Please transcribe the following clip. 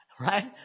Right